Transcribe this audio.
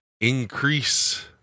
increase